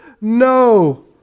No